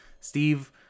Steve